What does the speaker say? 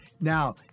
now